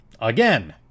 Again